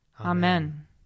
Amen